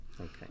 okay